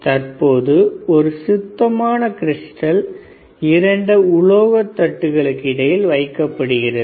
தற்பொழுது ஒரு சுத்தமான கிரிஸ்டல் இரண்டு உலோக தட்டுகளுக்கு இடையில் வைக்கப்படுகிறது